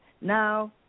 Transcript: now